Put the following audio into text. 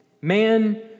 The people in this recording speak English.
man